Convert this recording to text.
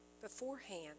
beforehand